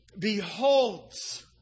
Beholds